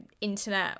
internet